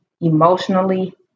emotionally